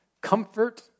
comfort